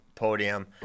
podium